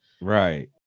Right